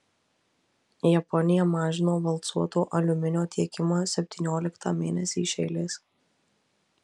japonija mažino valcuoto aliuminio tiekimą septynioliktą mėnesį iš eilės